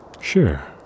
Sure